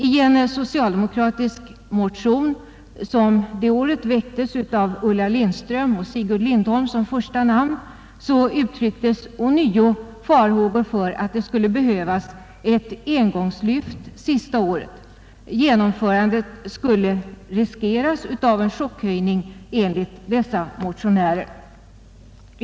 I en socialdemokratisk motion som det året väcktes med Ulla Lindström och Sigurd Lindholm som första namn uttrycktes ånyo farhågor för att det skulle behövas ett engångslyft sista året. Genomförandet skulle riskeras av en chockhöjning enligt dessa motionärer.